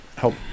help